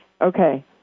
Okay